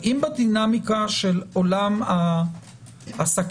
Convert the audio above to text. אם הדינמיקה של עולם העסקים,